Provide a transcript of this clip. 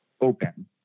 open